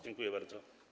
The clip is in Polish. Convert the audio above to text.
Dziękuję bardzo.